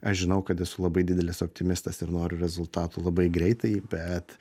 aš žinau kad esu labai didelis optimistas ir noriu rezultatų labai greitai bet